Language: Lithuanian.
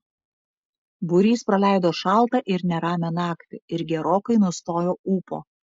būrys praleido šaltą ir neramią naktį ir gerokai nustojo ūpo